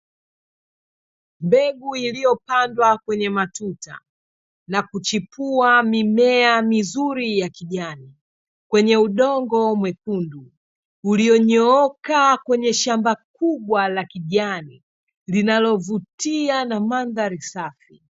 Mbegu iliyopandwa kwenye matuta, na kuchipua mimea mizuri ya kijani kwenye udongo mwekundu, ulionyooka kwenye shamba kubwa la kijani, linalovutia na mandhari safi.